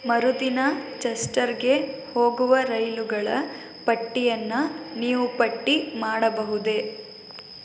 ಮರುದಿನ ಚೆಸ್ಟರ್ಗೆ ಹೋಗುವ ರೈಲುಗಳ ಪಟ್ಟಿಯನ್ನು ನೀವು ಪಟ್ಟಿ ಮಾಡಬಹುದೆ